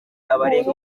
abarenga